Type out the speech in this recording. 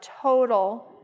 total